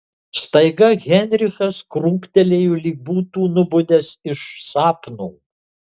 staiga heinrichas krūptelėjo lyg būtų nubudęs iš sapno